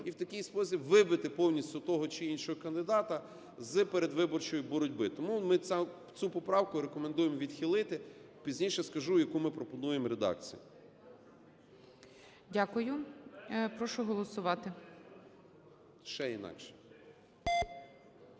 І в такий спосіб вибити повністю того чи іншого кандидата з передвиборчої боротьби. Тому ми цю поправку рекомендуємо відхилити. Пізніше скажу, яку ми пропонуємо редакцію. Ще інакше, ще інакше.